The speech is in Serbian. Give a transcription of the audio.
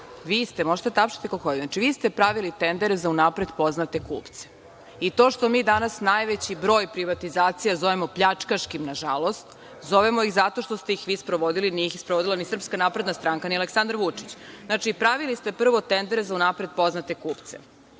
stranka 12 godina, sve. Znači, vi ste pravili tendere za unapred poznate kupce i to što mi danas najveći broj privatizacija zovemo pljačkaškim, nažalost, zovemo ih zato što ste ih vi sprovodili, nije ih sprovodila ni SNS, ni Aleksandar Vučić. Znači, pravili ste prvo tendere za unapred poznate kupce.